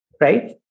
right